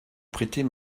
prêter